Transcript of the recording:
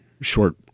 short